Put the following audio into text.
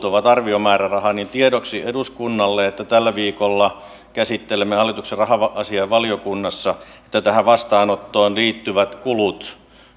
ovat arviomääräraha niin tiedoksi eduskunnalle että tällä viikolla käsittelemme hallituksen raha asiainvaliokunnassa että tähän vastaanottoon liittyvät kulut